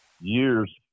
years